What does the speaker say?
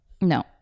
no